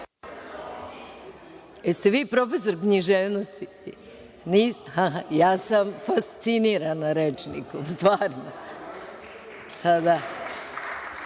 Jeste vi profesor književnosti? Ja sam fascinirana rečnikom, stvarno.